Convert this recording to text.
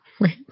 Right